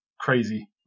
crazy